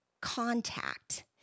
contact